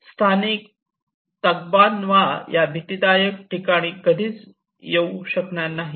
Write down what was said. स्थानिक तग्बानवा या भितीदायक ठिकाणी कधीच येऊ शकणार नाहीत